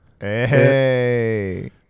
Hey